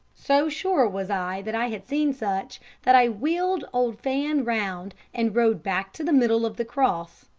so sure was i that i had seen such, that i wheeled old fan round, and rode back to the middle of the cross,